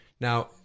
Now